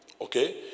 okay